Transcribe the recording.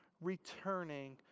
returning